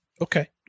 Okay